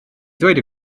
ddweud